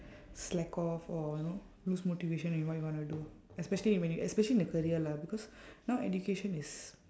slack off or you know lose motivation in what you wanna do especially when you especially in a career lah because now education is